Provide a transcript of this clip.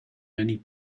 many